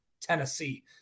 Tennessee